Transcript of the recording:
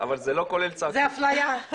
זו אפליה.